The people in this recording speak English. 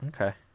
okay